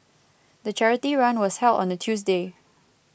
the charity run was held on a Tuesday